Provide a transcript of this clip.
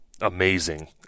amazing